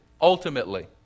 ultimately